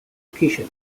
location